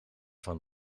van